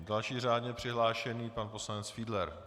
Další řádně přihlášený je pan poslanec Fiedler.